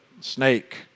snake